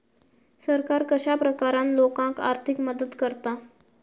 सरकार कश्या प्रकारान लोकांक आर्थिक मदत करता?